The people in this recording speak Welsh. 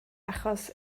achos